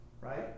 Right